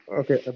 okay